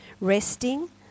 resting